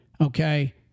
Okay